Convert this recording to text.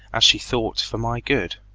as she thought, for my good.